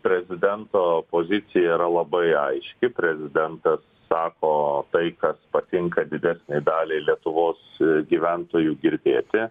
prezidento pozicija yra labai aiški prezidentas sako tai kas patinka didesnei daliai lietuvos gyventojų girdėti